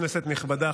כנסת נכבדה,